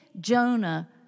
Jonah